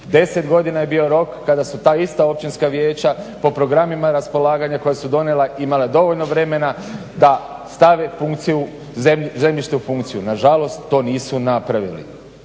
deset godina je bio rok kada su ta ista općinska vijeća po programima raspolaganja koja su donijela imala dovoljno vremena da stave funkciju zemljište u funkciju. Nažalost to nisu napravili.